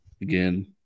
again